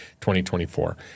2024